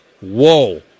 whoa